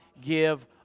give